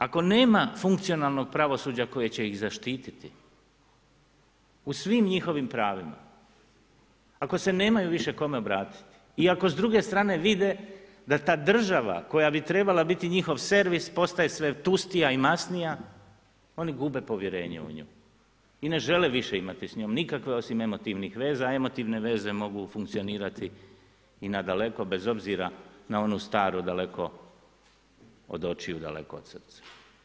Ako nema funkcionalnog pravosuđa koji će ih zaštititi, u svim njihovim pravima, ako se nemaju više kome obratiti i ako s druge strane vide da ta država koja bi trebala biti njihov servis postaje sve tustija i masnija, oni gube povjerenje u nju i ne žele više imati s njom nikakve, osim emotivnih veza, a emotivne veze mogu funkcionirati i na daleko bez obzira na onu staru daleko od očiju, daleko od srca.